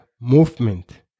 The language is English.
movement